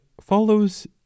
follows